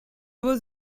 was